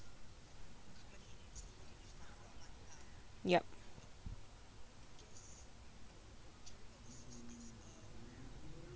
yup